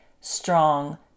strong